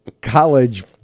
college